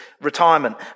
retirement